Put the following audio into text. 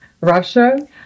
Russia